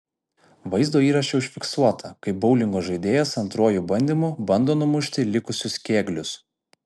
vaizdo įraše užfiksuota kaip boulingo žaidėjas antruoju bandymu bando numušti likusius kėglius